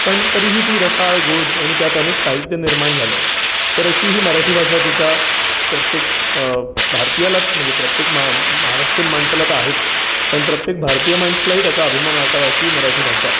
पण तरीही ती रसाळ गोड आणि त्यात अनेक साहित्य निर्माण झालं आहे तर अशी ही मराठी भाषा तिचा प्रत्येक भारतीयालाच म्हणजे प्रत्येक मा महाराष्ट्रीयन माणसाला तर आहेच पण प्रत्येक भारतीय माणसालाही त्याचा अभिमान वाटावा अशी ही मराठी भाषा